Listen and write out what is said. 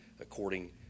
according